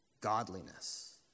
godliness